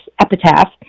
epitaph